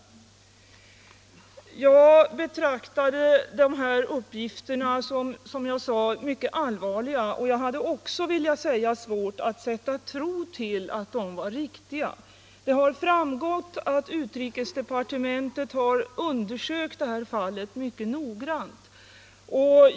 uttalande om Jag betraktade dessa uppgifter såsom mycket allvarliga och jag hade = statliga bidrag till också svårt att sätta tro till dem. Det har framgått att utrikesdepartementet — Portugal har undersökt detta fall mycket noggrant.